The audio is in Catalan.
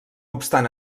obstant